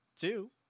Two